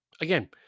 again